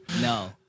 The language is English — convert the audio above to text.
No